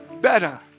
better